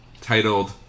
titled